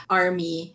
army